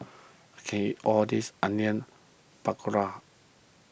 I can't eat all this Onion Pakora